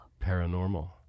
Paranormal